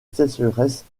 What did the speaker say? sécheresse